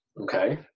Okay